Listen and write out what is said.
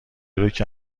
روکه